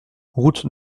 route